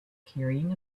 carrying